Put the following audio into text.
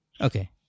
Okay